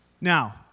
Now